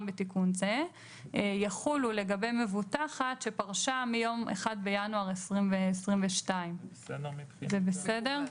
בתיקון זה יחולו לגבי מבוטחת שפרשה מיום 1 בינואר 2022". זה בסדר?